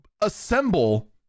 assemble